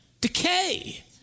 decay